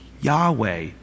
Yahweh